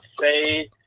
say